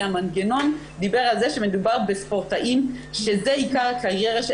כי המנגנון דיבר על זה שמדובר בספורטאים שזה עיקר הקריירה,